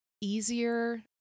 easier